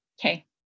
Okay